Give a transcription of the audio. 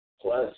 Plus